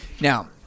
now